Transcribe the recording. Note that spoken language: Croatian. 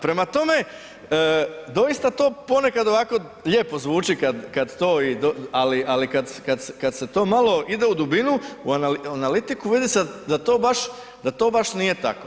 Prema tome, doista to ponekad ovako lijepo zvuči kad to ali kad se to malo idu u dubinu, u analitiku, vidi se da to baš nije tako.